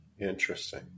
Interesting